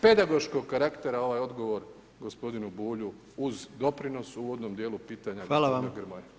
Pedagoškog karaktera ovaj odgovor gospodinu Bulju uz doprinos u uvodnom dijelu pitanje gospodina Grmoje.